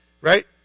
Right